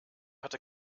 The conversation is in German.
hatte